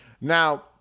now